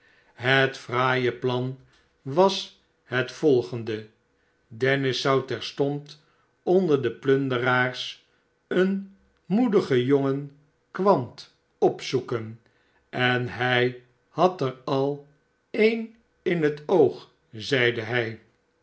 het fraaie plan was het volgende dennis zou terstond onder de plunderaars een moedigen jongen kwant opzoeken en hij had er al een in het oog zeide hij